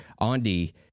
Andy